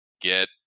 get